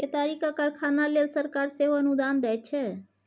केतारीक कारखाना लेल सरकार सेहो अनुदान दैत छै